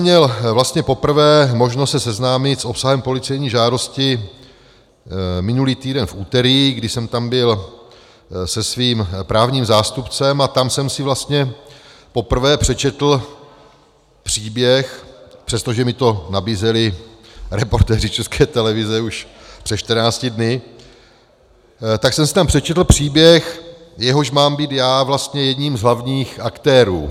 Měl jsem vlastně poprvé možnost se seznámit s obsahem policejní žádosti minulý týden v úterý, kdy jsem tam byl se svým právním zástupcem, a tam jsem si vlastně poprvé přečetl příběh, přestože mi to nabízeli reportéři České televize už před 14 dny, tak jsem si tam přečetl příběh, jehož mám být já vlastně jedním z hlavních aktérů.